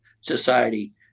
society